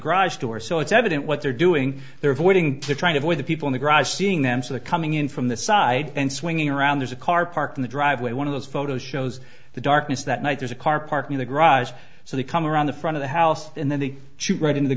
garage door so it's evident what they're doing they're avoiding they're trying to avoid the people in the garage seeing them so the coming in from the side and swinging around there's a car parked in the driveway one of those photos shows the darkness that night there's a car parked in the garage so they come around the front of the house and then they shoot right into the